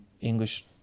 English